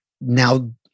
Now